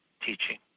teaching